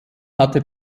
hatte